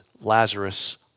Lazarus